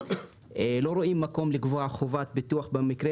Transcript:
לא רואים מקום לקבוע חובת ביטוח במקרה